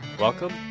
Welcome